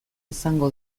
izango